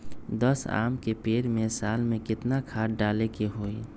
दस आम के पेड़ में साल में केतना खाद्य डाले के होई?